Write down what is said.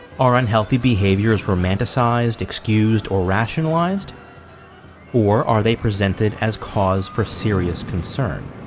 are unhealthy behaviors romanticized excused or rationalized or are they presented as cause for serious concern?